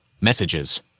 Messages